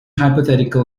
hypothetical